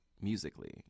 musically